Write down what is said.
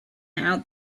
out